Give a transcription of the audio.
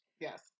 Yes